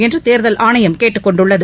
என்று தேர்தல் ஆணையம் கேட்டுக்கொண்டுள்ளது